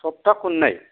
सफथा खननै